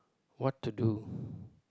what to do